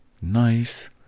nice